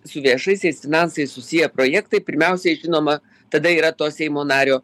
su viešaisiais finansais susiję projektai pirmiausiai žinoma tada yra to seimo nario